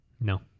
No